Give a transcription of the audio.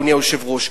אדוני היושב-ראש,